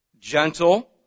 Gentle